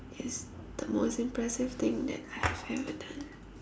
is the most impressive thing that I have ever done